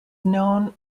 known